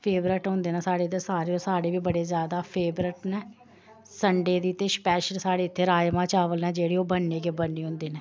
favourite होंदे न साढ़े इद्धर सारे दे साढ़े बी बड़े ज्यादा फेवरट न संडे दी ते स्पैशल साढ़े इत्थे राजमांह् चावल न जेह्ड़े ओह् बनने गै बनने होंदे न